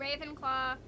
Ravenclaw